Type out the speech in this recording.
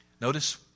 Notice